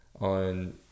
on